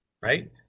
right